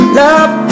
love